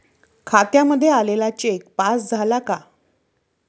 खात्यामध्ये आलेला cheque pass झाला का?